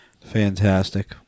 fantastic